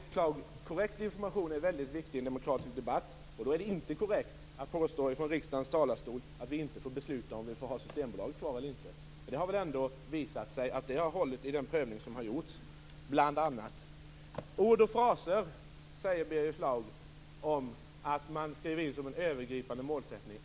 Fru talman! Korrekt information är väldigt viktig i en demokratisk debatt, och då är det inte korrekt att påstå från riksdagens talarstol att vi inte får besluta om vi får ha Systembolaget kvar eller inte. Det har väl visat sig att det har hållit i den prövning som har gjorts. Birger Schlaug säger att det är ord och fraser som man skriver in som en övergripande målsättning.